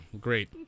great